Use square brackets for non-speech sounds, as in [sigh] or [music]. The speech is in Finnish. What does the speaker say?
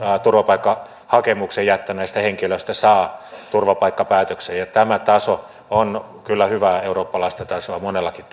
turvapaikkahakemuksen jättäneistä henkilöistä saa turvapaikkapäätöksen ja tämä taso on kyllä hyvää eurooppalaista tasoa monellakin [unintelligible]